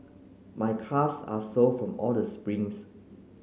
my calves are sore from all the sprints